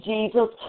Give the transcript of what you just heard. Jesus